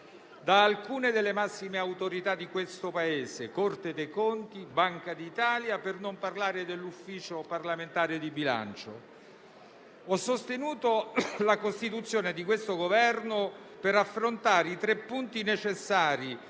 da alcune delle massime autorità di questo Paese: Corte dei conti, Banca d'Italia, per non parlare dell'Ufficio parlamentare di bilancio. Ho sostenuto la costituzione di questo Governo per affrontare i tre punti necessari